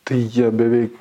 tai jie beveik